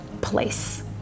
Place